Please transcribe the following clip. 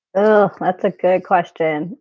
oh, that's a good question.